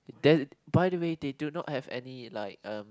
there the by the way they do not have any like um